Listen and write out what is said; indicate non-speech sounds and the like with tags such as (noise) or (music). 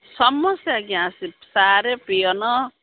ସମସ୍ତେ ଆଜ୍ଞା ଆସି (unintelligible) ପିଅନ